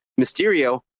Mysterio